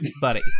buddy